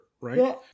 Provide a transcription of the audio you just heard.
right